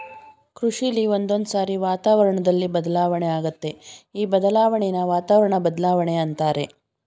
ಕೃಷಿಲಿ ಒಂದೊಂದ್ಸಾರಿ ವಾತಾವರಣ್ದಲ್ಲಿ ಬದಲಾವಣೆ ಆಗತ್ತೆ ಈ ಬದಲಾಣೆನ ವಾತಾವರಣ ಬದ್ಲಾವಣೆ ಅಂತಾರೆ